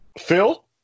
Phil